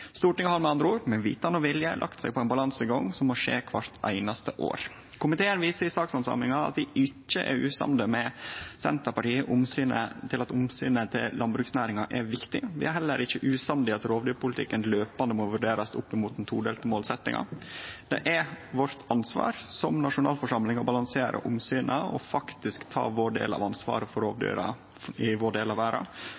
Stortinget har med andre ord med vitende og vilje lagt seg på ein balansegang som må skje kvart einaste år. Komiteen viser i sakshandsaminga at dei ikkje er usamde med Senterpartiet i at omsynet til landbruksnæringa er viktig, og er heller ikkje usamde i at rovdyrpolitikken kontinuerleg må vurderast opp mot den todelte målsettinga. Det er vårt ansvar som nasjonalforsamling å balansere omsyna og faktisk ta vår del av ansvaret for rovdyra i vår del av verda. Samstundes er det vårt ansvar å